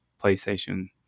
PlayStation